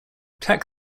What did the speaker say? tack